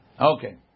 Okay